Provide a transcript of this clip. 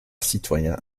citoyen